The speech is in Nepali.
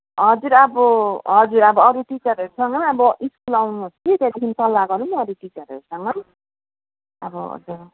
हजुर अब हजुर अब अरू टिचरहरूसँग अब स्कुल आउनुहोस् कि त्यहाँदेखि सल्लाह गरौँ न अरू टिचरहरूसँग अब हजुर